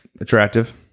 Attractive